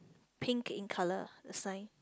pink in colour the sign